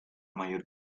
mayor